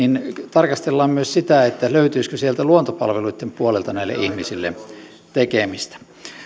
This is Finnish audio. tarkastellaan myös sitä löytyisikö sieltä luontopalveluitten puolelta näille ihmisille tekemistä